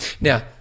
Now